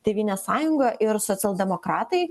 tėvynės sąjunga ir socialdemokratai